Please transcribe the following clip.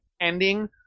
ending